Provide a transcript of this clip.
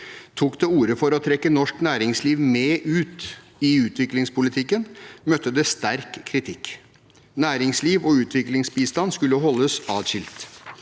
tok til orde for å trekke norsk næringsliv med ut i utviklingspolitikken, møtte det sterk kritikk. Næringsliv og utviklingsbistand skulle holdes atskilt.